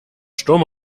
sturm